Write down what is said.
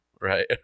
right